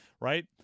right